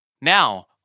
Now